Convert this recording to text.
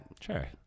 sure